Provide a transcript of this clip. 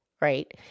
Right